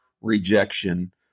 rejection